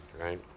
right